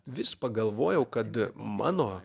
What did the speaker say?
vis pagalvojau kad mano